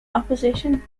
opposition